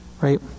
right